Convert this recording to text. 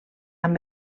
amb